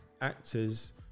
actors